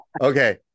Okay